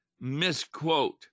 misquote